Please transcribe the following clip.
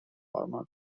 farmer